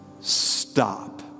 Stop